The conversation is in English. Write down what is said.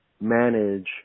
manage